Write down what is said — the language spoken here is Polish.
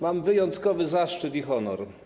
Mam wyjątkowy zaszczyt i honor.